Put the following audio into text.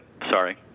sorry